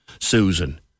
Susan